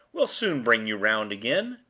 we'll soon bring you round again.